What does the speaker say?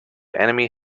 enemy